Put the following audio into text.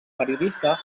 periodista